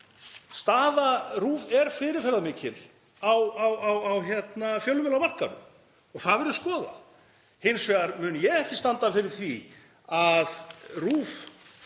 Staða RÚV er fyrirferðarmikil á fjölmiðlamarkaðnum og það verður skoðað. Hins vegar mun ég ekki standa fyrir því að